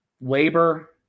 labor